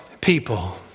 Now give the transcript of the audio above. people